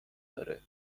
داره